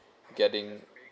getting